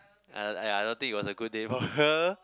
and I I don't think it was a good day for her